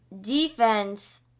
defense